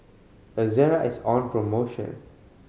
Ezerra is on promotion